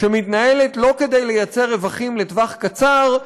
שמתנהלת לא כדי ליצור רווחים לטווח קצר,